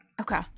Okay